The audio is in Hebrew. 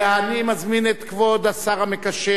אני מזמין את כבוד השר המקשר.